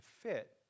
fit